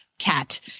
cat